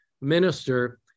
minister